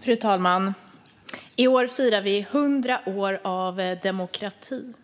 Fru talman! I år firar vi 100 år av demokrati.